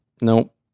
Nope